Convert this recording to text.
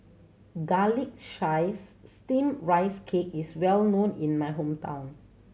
Garlic Chives Steamed Rice Cake is well known in my hometown